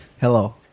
Hello